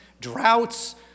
droughts